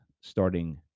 starting